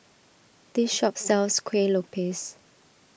this shop sells Kueh Lopes